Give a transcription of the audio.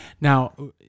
Now